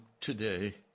today